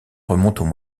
remontent